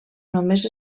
només